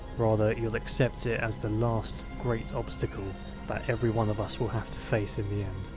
rather you'll accept it as the last, great obstacle that every one of us will have to face in the end.